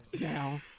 now